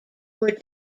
were